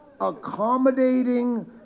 accommodating